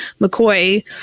McCoy